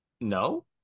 No